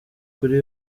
kuri